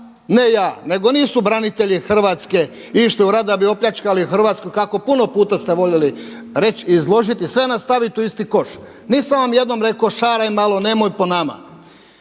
ne ja, nego nisu branitelji hrvatske išli u rat da bi opljačkali Hrvatsku kako puno puta ste voljeli reći i izložiti, sve nas staviti u isti koš. Nisam vam jednom rekao šaraj malo, nemoj po nama.